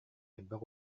элбэх